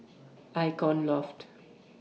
Icon Loft